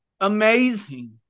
amazing